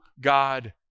God